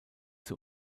zur